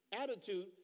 attitude